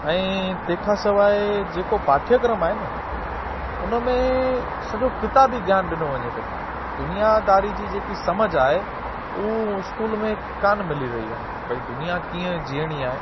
ऐं तंहिंखां सवाइ जेको पाठ्यक्रम आहे न उन में सॼो किताबी ज्ञान ॾिनो वञे थो दुनियादारी जी जेकी समझ आहे उहा स्कूल में कोन मिली रही आहे भई दुनिया कीअं जीअणी आहे